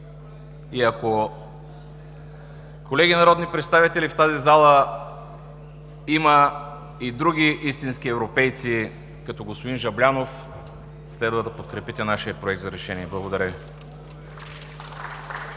факт. Колеги народни представители, ако в тази зала има и други истински европейци като господин Жаблянов, следва да подкрепите нашия Проект за решение. Благодаря Ви.